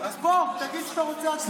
אז בוא, תגיד שאתה רוצה הצבעה.